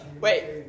Wait